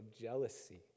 jealousy